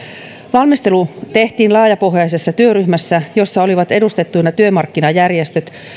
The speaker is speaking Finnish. valmistelu tehtiin laajapohjaisessa työryhmässä jossa olivat edustettuina työmarkkinajärjestöt